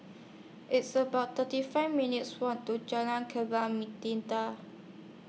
It's about thirty five minutes' Walk to Jalan Kembang